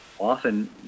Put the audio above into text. often